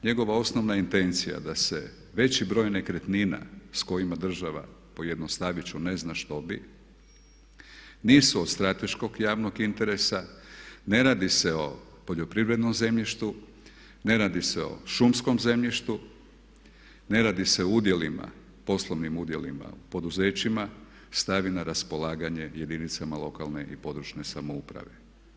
Njegova osnovna intencija da se veći broj nekretnina s kojima država, pojednostavit ću, ne zna što bi nisu od strateškog javnog interesa, ne radi se o poljoprivrednom zemljištu, ne radi se o šumskom zemljištu, ne radi se o udjelima, poslovnim udjelima u poduzećima stavi na raspolaganje jedinicama lokalne i područne samouprave.